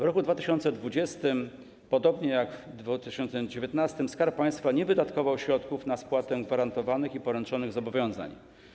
W roku 2020, podobnie jak w roku 2019, Skarb Państwa nie wydatkował środków na spłatę gwarantowanych i poręczonych zobowiązań.